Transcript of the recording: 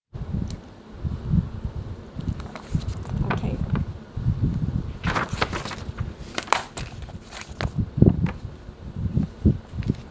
okay